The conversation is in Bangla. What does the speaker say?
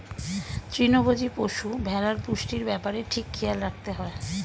তৃণভোজী পশু, ভেড়ার পুষ্টির ব্যাপারে ঠিক খেয়াল রাখতে হয়